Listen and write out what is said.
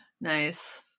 Nice